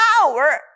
power